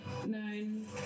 nine